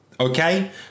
Okay